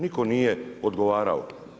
Nitko nije odgovarao.